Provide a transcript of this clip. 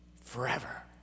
forever